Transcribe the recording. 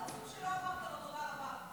הוא מאוד עצוב שלא אמרת לו תודה רבה.